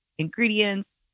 ingredients